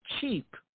Cheap